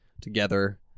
together